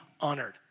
honored